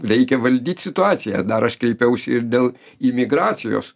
reikia valdyt situaciją dar aš kreipiausi ir dėl imigracijos